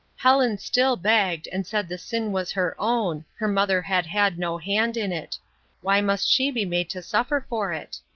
helen still begged, and said the sin was her own, her mother had had no hand in it why must she be made to suffer for it?